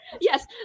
Yes